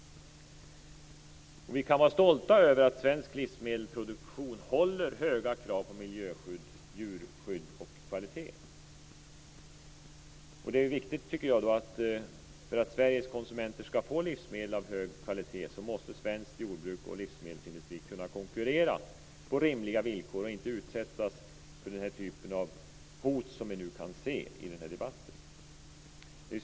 Vi kan vara stolta över att svensk livsmedelsproduktion uppfyller höga krav vad gäller miljöskydd, djurskydd och kvalitet. För att Sveriges konsumenter skall få livsmedel av hög kvalitet är det viktigt att svenskt jordbruk och svensk livsmedelsindustri kan konkurrera på rimliga villkor och inte utsätts för den typ av hot som vi kan se i denna debatt.